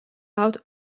out